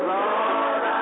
Lord